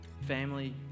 family